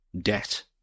debt